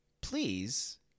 please